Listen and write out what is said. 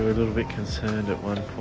little bit concerned at one